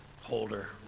holder